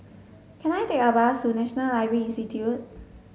can I take a bus to National Library Institute